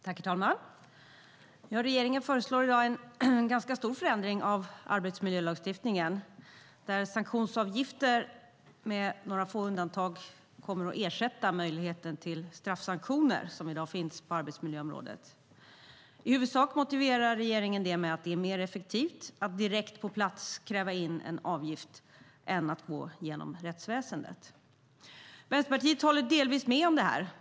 Herr talman! Regeringen föreslår en ganska stor förändring av arbetsmiljölagstiftningen, där sanktionsavgifter, med några få undantag, kommer att ersätta den möjlighet till straffsanktioner som i dag finns på arbetsmiljöområdet. I huvudsak motiverar regeringen det med att det är mer effektivt att direkt på plats kräva in en avgift än att gå genom rättsväsendet. Vänsterpartiet håller delvis med om detta.